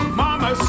mama